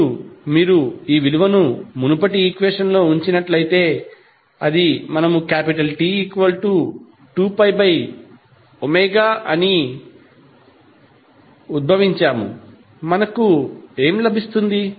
ఇప్పుడు మీరు ఈ విలువను మునుపటి ఈక్వెషన్ లో ఉంచినట్లయితే అది మనము T2ω అని ఉద్భవించాము మనకు ఏమి లభిస్తుంది